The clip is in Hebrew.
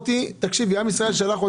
זה כסף שהמשרד היה צריך להשתתף בהחלטת ממשלה